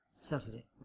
Saturday